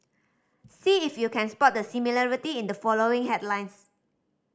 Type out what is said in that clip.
see if you can spot the similarity in the following headlines